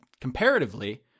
comparatively